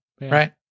Right